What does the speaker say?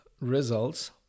results